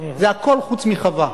זה הכול חוץ מחווה.